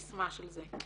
לא במובן הסיסמה של זה.